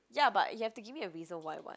ya but you have to give me a reason why [what]